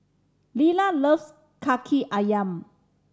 Lilah loves Kaki Ayam